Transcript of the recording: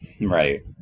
Right